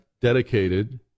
dedicated